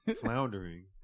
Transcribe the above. floundering